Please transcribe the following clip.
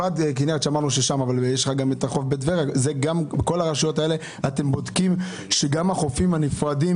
בכל הרשויות האלה אתם בודקים שגם החופים הנפרדים